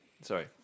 Sorry